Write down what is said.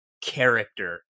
character